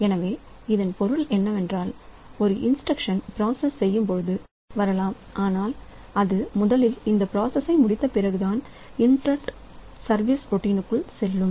எனவே இதன் பொருள் என்னவென்றால்ஒரு இன்ஸ்டிரக்சனல் பிராசஸ் செய்யும்பொழுது இன்டர்ரப்ட் வரலாம் ஆனால் அது முதலில் இந்த பிராசஸ்ஐ முடித்த பிறகுதான் இன்டர்ரப்ட் சர்வீஸ் ரோட்டினுக்குள் செல்லும்